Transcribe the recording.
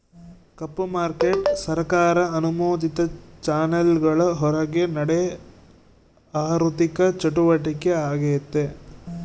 ಕಪ್ಪು market ಸರ್ಕಾರ ಅನುಮೋದಿತ ಚಾನೆಲ್ಗುಳ್ ಹೊರುಗ ನಡೇ ಆಋಥಿಕ ಚಟುವಟಿಕೆ ಆಗೆತೆ